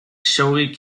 showy